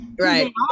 Right